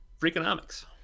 Freakonomics